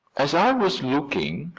as i was looking,